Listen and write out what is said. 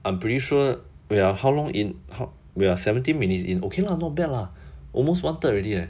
I'm pretty sure wait ah or how long in how we are seventeen minutes in okay lah not bad lah almost one third already leh